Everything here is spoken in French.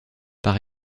par